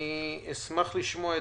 אשמח לשמוע את